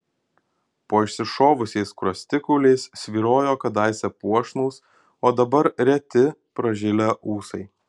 po išsišovusiais skruostikauliais svyrojo kadaise puošnūs o dabar reti pražilę ūsai